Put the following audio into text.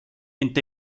ent